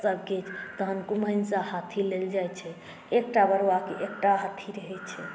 सभकिछु तहन कुम्हैँनसँ हाथी लेल जाइत छै एकटा बरुआके एकटा हाथी रहैत छै